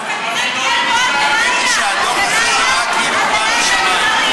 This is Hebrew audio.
האמת היא שהדוח הזה נראה כאילו הוא בא משמים.